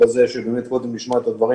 מבחינה אפידמיולוגית,